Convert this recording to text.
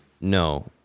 No